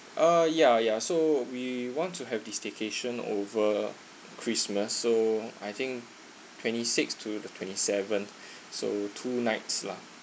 uh yeah yeah so we want to have this staycation over christmas so I think twenty sixth to the twenty seventh so two nights lah